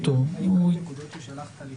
הדברים.